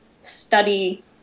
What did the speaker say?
study